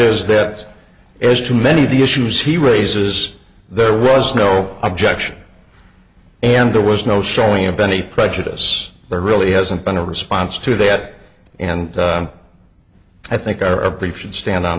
is that as to many of the issues he raises there was no objection and there was no showing of any prejudice there really hasn't been a response to that and i think our appreciation stand on